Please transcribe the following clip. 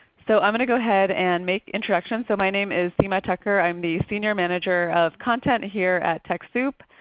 so i'm going to go ahead and make introductions. so my name is sima thakkar. i am the senior manager of content here at techsoup.